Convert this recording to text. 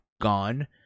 gone